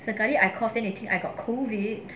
sekali I cough then they think I got COVID